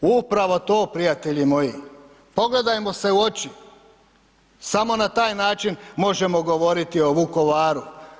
Upravo to prijatelji moji, pogledajmo se u oči, samo na taj način možemo govoriti o Vukovaru.